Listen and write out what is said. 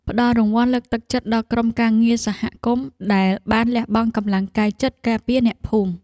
ផ្ដល់រង្វាន់លើកទឹកចិត្តដល់ក្រុមការងារសហគមន៍ដែលបានលះបង់កម្លាំងកាយចិត្តការពារអ្នកភូមិ។